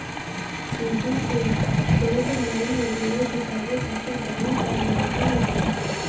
syndicated loan निवेश जुटावे खातिर बैंक कअ भूमिका निभावत हवे